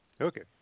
Okay